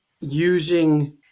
using